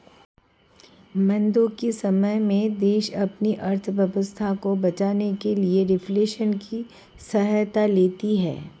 मंदी के समय में देश अपनी अर्थव्यवस्था को बचाने के लिए रिफ्लेशन की सहायता लेते हैं